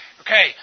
Okay